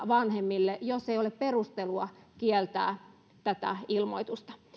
vanhemmille jos ei ole perustelua kieltää tätä ilmoitusta